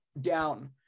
down